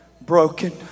broken